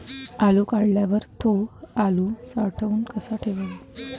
आलू काढल्यावर थो आलू साठवून कसा ठेवाव?